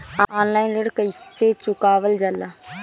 Online ऋण कईसे चुकावल जाला?